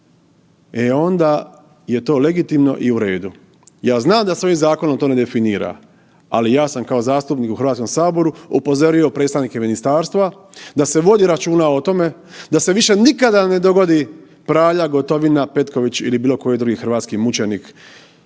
e onda je to legitimno i u redu. Ja znam da se ovim zakonom to ne definira, ali ja sam kao zastupnik u HS upozorio predstavnike ministarstva da se vodi računa o tome da se više nikada ne dogodi Praljak, Gotovina, Petković ili bilo koji drugi hrvatski mučenik